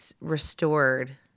restored